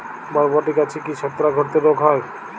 বরবটি গাছে কি ছত্রাক ঘটিত রোগ হয়?